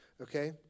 Okay